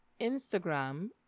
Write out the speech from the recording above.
Instagram